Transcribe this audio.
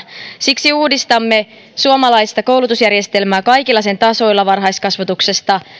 siksi uudistamme suomalaista koulutusjärjestelmää kaikilla sen tasoilla varhaiskasvatuksesta